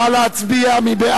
נא להצביע.